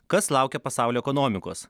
kas laukia pasaulio ekonomikos